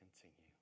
continue